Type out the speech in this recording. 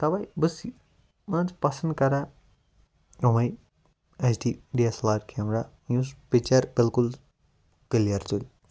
تَوَے بَس مان ژٕ پسنٛد کران اَوَے H D D S L R camera یُس پِکچَر بِلکُل کٕلیر تُلہِ